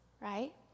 right